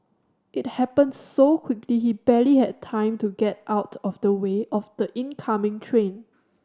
it happened so quickly he barely had time to get out of the way of the oncoming train